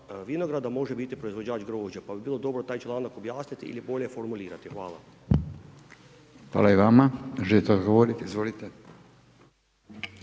vinograda, može biti proizvođač grožđa pa bi bilo dobro taj članak objasniti ili bolje formulirati. Hvala. **Radin, Furio (Nezavisni)** Hvala